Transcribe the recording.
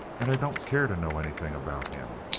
and i don't care to know anything, about him.